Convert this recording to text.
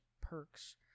perks